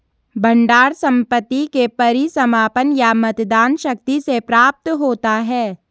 भंडार संपत्ति के परिसमापन या मतदान शक्ति से प्राप्त होता है